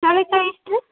ಚೌಳಿಕಾಯಿ ಎಷ್ಟು ರೀ